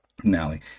finale